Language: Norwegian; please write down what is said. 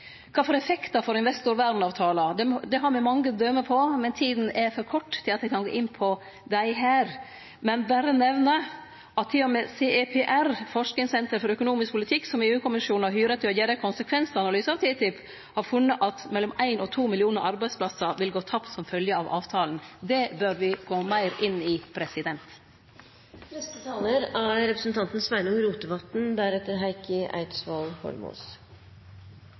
Kva for effektar får investorvernavtalar? Det har me mange døme på, men tida er for kort til at eg kan gå inn på dei her, men eg vil berre nemne at til og med CEPR, forskingssenteret for økonomisk politikk, som EU-kommisjonen har hyra til å gjere ein konsekvensanalyse av TTIP, har funne ut at mellom ein og to millionar arbeidsplassar vil gå tapte som følgje av den avtalen. Det bør me gå meir inn i.